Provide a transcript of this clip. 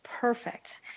perfect